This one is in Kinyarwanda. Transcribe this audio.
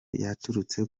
yaturutse